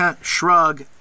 shrug